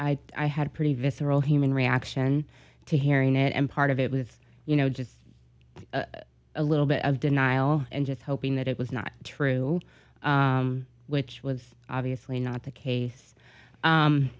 and i had pretty visceral human reaction to hearing it and part of it with you know just a little bit of denial and just hoping that it was not true which was obviously not the case